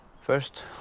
First